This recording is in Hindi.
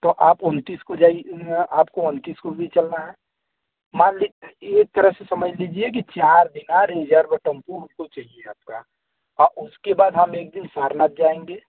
तो आप उन्तीस को जाई आपको उन्तीस को भी चलना है मान ली एक तरह से समझ लीजिए की दिनार रिजर्व टेंपू मुझको चाहिए आपका उसके बाद हम एक दिन सारनाथ जाएँगे